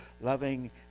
loving